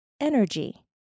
energy